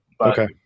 Okay